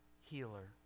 healer